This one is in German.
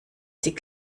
sie